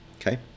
Okay